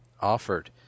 offered